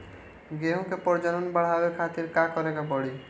गेहूं के प्रजनन बढ़ावे खातिर का करे के पड़ी?